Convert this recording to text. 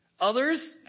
Others